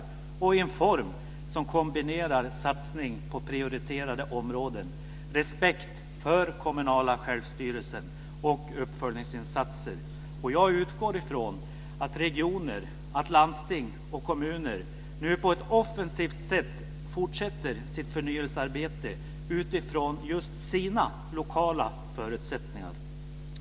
Det sker i en form som kombinerar satsning på prioriterade områden, respekt för den kommunala självstyrelsen och uppföljningsinsatser. Jag utgår ifrån att regioner, landsting och kommuner nu på ett offensivt sätt fortsätter sitt förnyelsearbete utifrån just sina lokala förutsättningar.